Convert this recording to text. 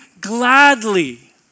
gladly